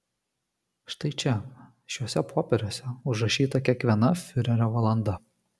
štai čia šiuose popieriuose užrašyta kiekviena fiurerio valanda